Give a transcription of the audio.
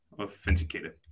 Authenticated